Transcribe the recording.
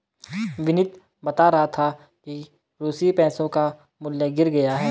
विनीत बता रहा था कि रूसी पैसों का मूल्य गिर गया है